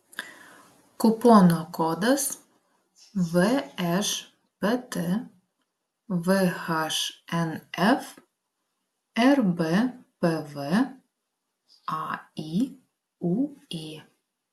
kupono kodas všpt vhnf rbpv ayuė